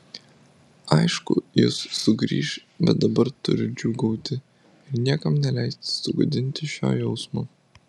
aišku jis sugrįš bet dabar turiu džiūgauti ir niekam neleisti sugadinti šio jausmo